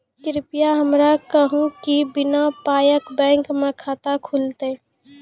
कृपया हमरा कहू कि बिना पायक बैंक मे खाता खुलतै?